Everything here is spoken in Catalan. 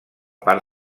part